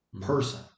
person